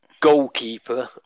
goalkeeper